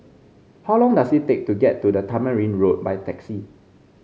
how long does it take to get to Tamarind Road by taxi